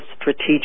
strategic